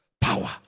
power